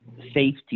safety